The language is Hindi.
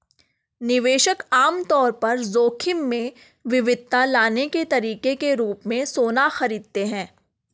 निवेशक आम तौर पर जोखिम में विविधता लाने के तरीके के रूप में सोना खरीदते हैं